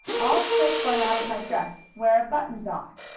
i'll take one out of my dress where a button's off,